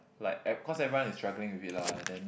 like e~ cause everyone is struggling with it lah then